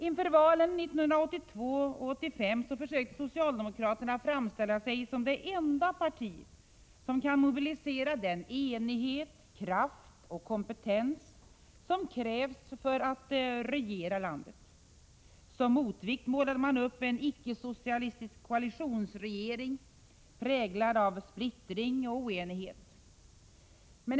Inför valen 1982 och 1985 försökte socialdemokraterna framställa sig som det enda parti som kan mobilisera den enighet, kraft och kompetens som krävs för att regera landet. Som motvikt målade man upp en icke-socialistisk koalitionsregering präglad av splittring och oenighet.